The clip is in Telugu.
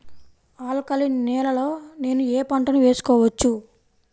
ఆల్కలీన్ నేలలో నేనూ ఏ పంటను వేసుకోవచ్చు?